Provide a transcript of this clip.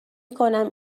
کنم